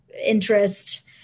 interest